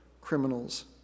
criminal's